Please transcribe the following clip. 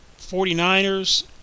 49ers